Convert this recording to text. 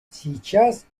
сейчас